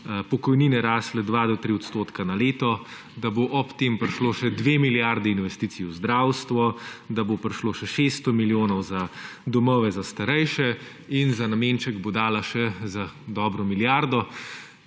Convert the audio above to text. pokojnine rastle 2 do 3 odstotka na leto, da bo ob tem prišlo še 2 milijardi investicij v zdravstvo, da bo prišlo še 600 milijonov za domove za starejše in za nameček bo dala še za dobro milijardo